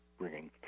bringing